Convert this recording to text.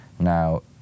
Now